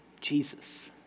Jesus